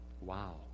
wow